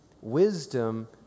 Wisdom